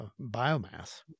biomass